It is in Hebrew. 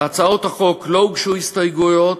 להצעות החוק לא הוגשו הסתייגויות,